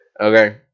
okay